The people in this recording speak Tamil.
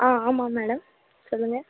ஆ ஆமாம் மேடம் சொல்லுங்கள்